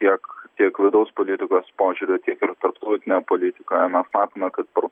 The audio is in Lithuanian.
tiek tiek vidaus politikos požiūriu tiek ir tarptautine politika mes matome kad per